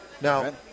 Now